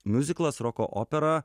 miuziklas roko opera